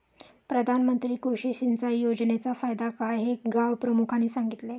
प्रधानमंत्री कृषी सिंचाई योजनेचा फायदा काय हे गावप्रमुखाने सांगितले